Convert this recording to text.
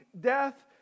death